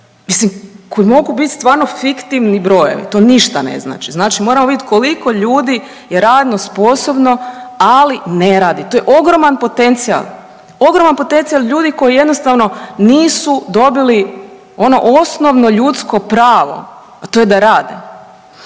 mislim, koji mogu biti stvarno fiktivni brojevi, to ništa ne znači. Znači moramo vidjeti koliko je ljudi radno sposobno, ali ne radi. To je ogroman potencijal. Ogroman potencijal ljudi koji jednostavno nisu dobili ono osnovno ljudsko pravo, a to je da rade.